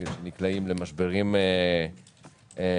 שנקלעים למשברים כלכליים.